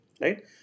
right